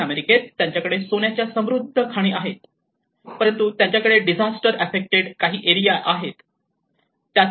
दक्षिण अमेरिकेत त्यांच्याकडे सोन्याच्या समृद्ध खाणी आहेत परंतु त्यांच्याकडे डिझास्टर आफ्फेक्टेड काही एरिया आहेत